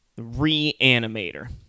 Reanimator